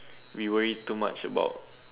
we worry too much about